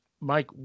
mike